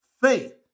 Faith